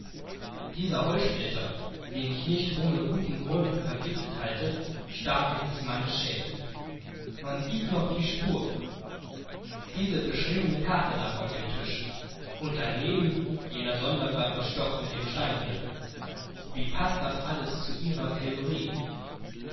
dieser holzsplitter von dem ich annehme daß er vergiftet ist steckte in der kopfhaut des mannes sie können immer noch die stelle erkennen und dieses beschriftete papier lag auf dem tisch daneben lag dieses seltsame instrument mit dem steinernen kopf wie paßt das alles zu ihrer theorie